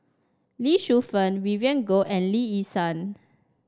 Lee Shu Fen Vivien Goh and Lee Yi Shyan